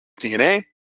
DNA